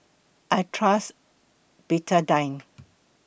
I Trust Betadine